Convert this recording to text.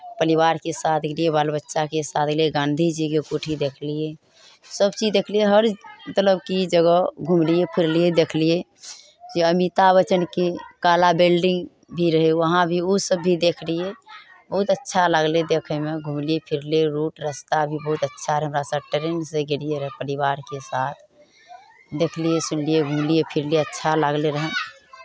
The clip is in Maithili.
परिवारके साथ गेलियै बाल बच्चाके साथ गेलियै गाँधी जीके कोठी देखलियै सभचीज देखलियै हर मतलब कि जगह घुमलियै फिरलियै देखलियै जे अमिताभ बच्चनके काला बिल्डिंग भी रहै वहाँ भी ओसभ भी देखलियै बहुत अच्छा लागलै देखैमे घुमलियै फिरलियै रूट रस्ता भी बहुत अच्छा रहै हमरासभ ट्रेनसँ गेलियै रहए परिवारके साथ देखलियै सुनलियै घुमलियै फिरलियै अच्छा लागलै रहए